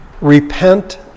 repent